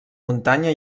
muntanya